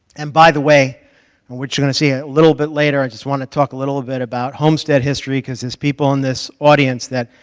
and by the way and what you're going to see a little bit later i just want to talk a little bit about homestead history because there's people in this audience that